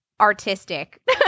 Artistic